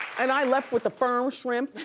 and i left with the firm shrimp,